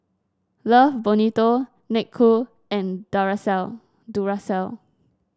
Love Bonito Snek Ku and Duracell